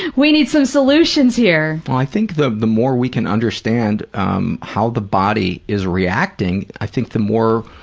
we need some solutions here. well, i think the the more we can understand um how the body is reacting, i think the more,